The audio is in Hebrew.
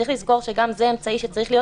צריך לזכור שזה אמצעי שצריך להיות